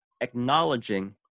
acknowledging